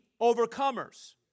overcomers